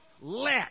let